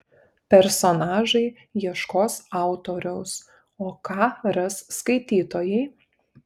personažai ieškos autoriaus o ką ras skaitytojai